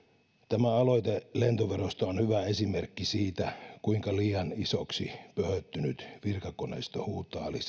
tämä aloite lentoverosta on hyvä esimerkki siitä kuinka liian isoksi pöhöttynyt virkakoneisto huutaa lisää